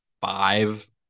five